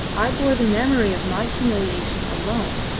i bore the memory of my humiliation alone,